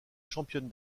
championne